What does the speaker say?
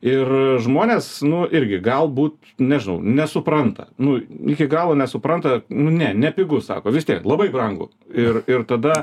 ir žmonės nu irgi galbūt nežinau nesupranta nu iki galo nesupranta nu ne nepigu sako vis tiek labai brangu ir ir tada